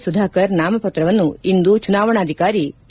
ಸುಧಾಕರ್ ನಾಮಪತ್ರವನ್ನು ಇಂದು ಚುನಾವಣಾಧಿಕಾರಿ ಎ